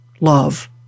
love